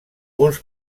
uns